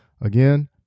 Again